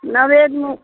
नैवेद मे